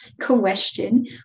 question